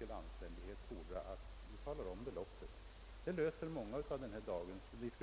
anständighet fordrar att ni nämner beloppet. Det är pinsamt för er alla om ni avslutar debatten utan ett sådant besked.